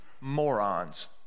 Morons